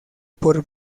por